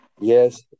Yes